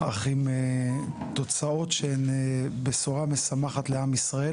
אך עם תוצאות שהן בשורה משמחת לעם ישראל,